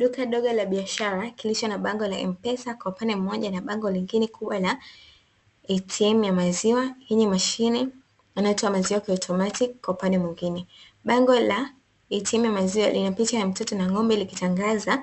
Duka moja la biashara kisha na bango la M- pesa kwa upande mmoja kisha na bango moja kubwa la "ATM" ya maziwa, na mashine inayotoa maziwa atomatiki kwa upande mwingine. Bango la ATM ya maziwa lina picha ya Mtoto na ng'ombe likitangaza